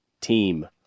team